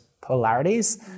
polarities